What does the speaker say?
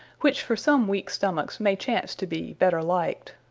which for some weake stomacks may chance to be better liked.